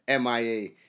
MIA